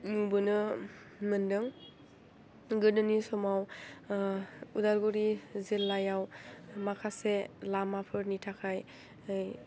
नुबोनो मोनदों गोदोनि समाव उदालगुरि जिल्लायाव माखासे लामाफोरनि थाखाय